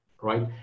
right